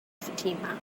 fatima